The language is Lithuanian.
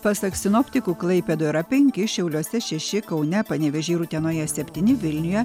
pasak sinoptikų klaipėdoje yra penki šiauliuose šeši kaune panevėžyje ir utenoje septyni vilniuje